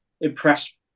impressed